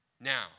Now